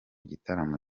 gitaramo